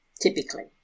typically